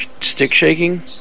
stick-shaking